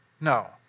No